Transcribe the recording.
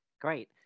Great